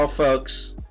folks